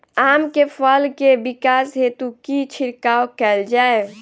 आम केँ फल केँ विकास हेतु की छिड़काव कैल जाए?